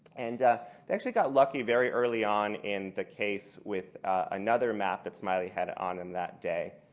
and they actually got lucky very early on in the case with another map that smiley had on him that day.